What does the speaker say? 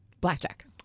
blackjack